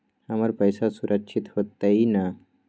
हमर पईसा सुरक्षित होतई न?